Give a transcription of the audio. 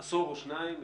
עשור או שניים,